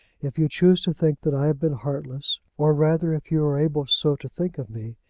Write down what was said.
if you choose to think that i have been heartless or rather, if you are able so to think of me,